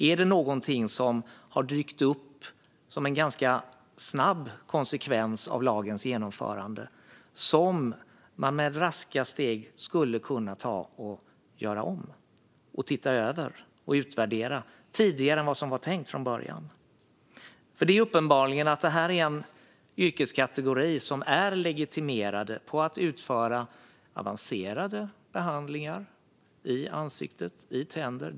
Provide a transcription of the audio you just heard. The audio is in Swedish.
Är det något som dykt upp som en snabb konsekvens av lagens genomförande som man med raska steg skulle kunna göra om, se över och utvärdera tidigare än vad som var tänkt från början? Det här handlar uppenbarligen om en yrkeskategori som består av legitimerade som kan utföra avancerade behandlingar i ansiktet och tänderna.